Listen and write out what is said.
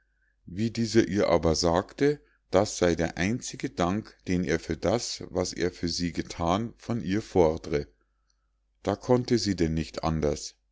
wie dieser ihr aber sagte das sei der einzige dank den er für das was er für sie gethan von ihr fordre da konnte sie denn nicht anders